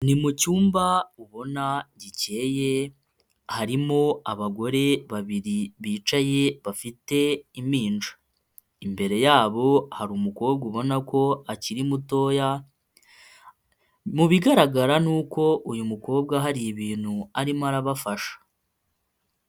Ni mu cyumba ubona gicyeye harimo abagore babiri bicyaye bafite imija. Imbere yabo hari umukobwa ubona ko akiri mutoya, mubigaragara nuko uyu mukobwa hari ibintu arimo arabafasha.